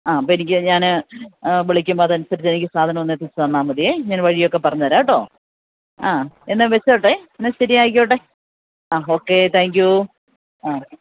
ആ അപ്പോളെനിക്ക് ഞാന് വിളിക്കുമ്പോള് അതനുസരിച്ച് എനിക്ക് സാധനമൊന്ന് എത്തിച്ചുതന്നാല് മതി ഞാൻ വഴിയൊക്കെ പറഞ്ഞുതരാം കേട്ടോ ആ എന്നാല് വെച്ചോട്ടെ എന്നാല് ശരി ആയിക്കോട്ടെ ആ ഓക്കെ താങ്ക് യൂ